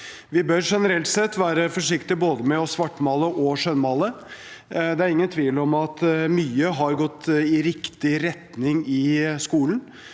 Vi bør generelt sett være forsiktige både med å svartmale og med å skjønnmale. Det er ingen tvil om at mye har gått i riktig retning i skolen.